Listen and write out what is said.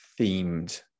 themed